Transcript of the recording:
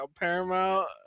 paramount